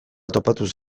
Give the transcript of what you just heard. topatuz